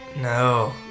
No